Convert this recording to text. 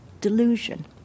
delusion